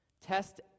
test